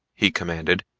he commanded,